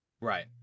Right